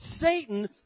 Satan